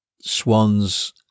swans